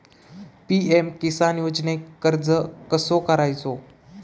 PM Kisan योजनेक अर्ज कसो करायचो?